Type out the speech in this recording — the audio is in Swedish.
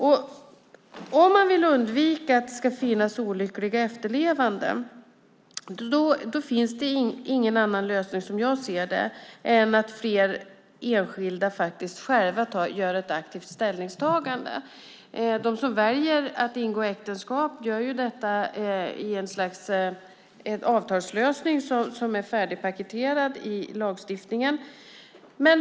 Vill man undvika olyckliga efterlevande finns det ingen annan lösning än att fler enskilda själva gör ett aktivt ställningstagande. De som väljer att ingå äktenskap får en avtalslösning som är färdigpaketerad i lagstiftningen.